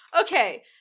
Okay